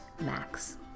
Max